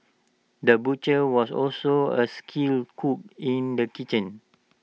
the butcher was also A skilled cook in the kitchen